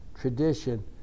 tradition